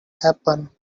happen